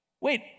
Wait